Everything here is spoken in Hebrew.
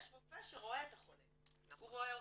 יש רופא שרואה את החולה, הוא רואה אותו,